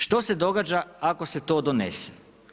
Što se događa ako se to donese?